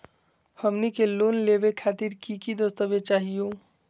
हमनी के लोन लेवे खातीर की की दस्तावेज चाहीयो?